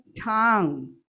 tongue